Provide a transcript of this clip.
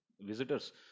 visitors